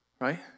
right